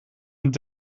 het